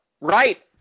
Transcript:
Right